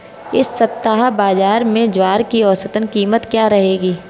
इस सप्ताह बाज़ार में ज्वार की औसतन कीमत क्या रहेगी?